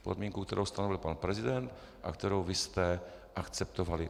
Podmínka, kterou stanovil pan prezident a kterou vy jste akceptovali.